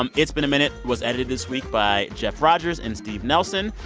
um it's been a minute was edited this week by jeff rogers and steve nelson.